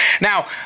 Now